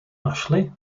našli